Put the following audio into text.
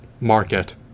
market